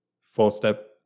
four-step